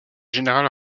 général